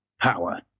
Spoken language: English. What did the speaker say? power